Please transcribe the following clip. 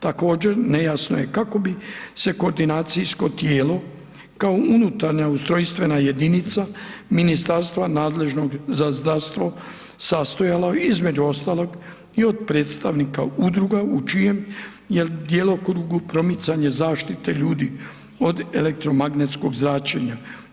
Također nejasno je kako bi se koordinacijsko tijelo kao unutarnja ustrojstvena jedinica ministarstva nadležnog za zdravstvo sastojalo između ostalog i od predstavnika udruga u čijem je djelokrugu promicanje zaštite ljudi od elektromagnetskog zračenja.